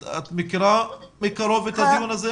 את מכירה מקרוב את הדיון הזה?